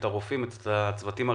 את הרופאים ואת הצוותים הרפואיים.